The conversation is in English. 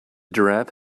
giraffe